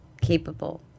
capable